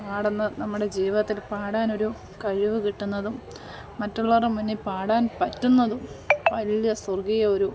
പാടുന്ന നമ്മുടെ ജീവിതത്തിൽ പാടാനൊരു കഴിവ് കിട്ടുന്നതും മറ്റുള്ളവരുടെ മുന്നിൽ പാടാൻ പറ്റുന്നതും വലിയ സ്വർഗ്ഗീയ ഒരു